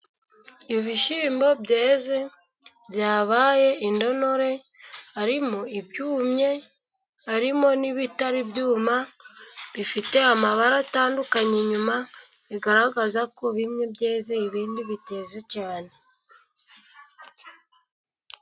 Ibishyimbo byeze byabaye intonore, harimo ibyumye, harimo n'ibitari ibyuma, bifite amabara atandukanye inyuma, bigaragaza ko bimwe byeze ibindi biteze cyane.